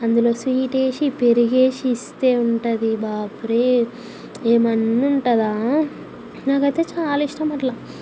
అందులో స్వీటేసి పెరుగేసిస్తే ఉంటుంది బాప్రే ఏమన్నుంటుందా నాకయితే చాలా ఇష్టం అట్లా